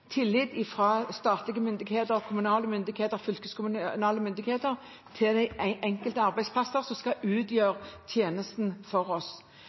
fra statlige, kommunale og fylkeskommunale myndigheter til de enkelte arbeidsplasser som skal gjøre tjenesten for oss.